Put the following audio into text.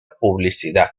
publicidad